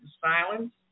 silence